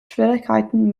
schwierigkeiten